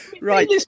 Right